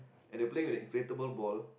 and they were playing with the inflatable ball